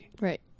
Right